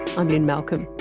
um lynne malcolm,